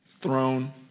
throne